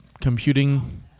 computing